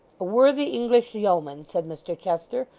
a worthy english yeoman said mr chester.